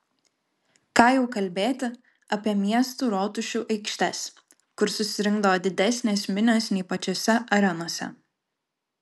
ką jau kalbėti apie miestų rotušių aikštes kur susirinkdavo didesnės minios nei pačiose arenose